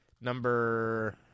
Number